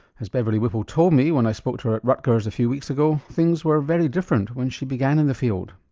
as beverly whipple told me when i spoke to her at rutgers a few weeks ago, things were very different when she began in the field.